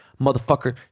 motherfucker